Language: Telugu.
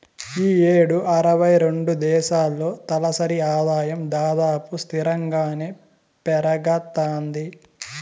ఈ యేడు అరవై రెండు దేశాల్లో తలసరి ఆదాయం దాదాపు స్తిరంగానే పెరగతాంది